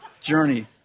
journey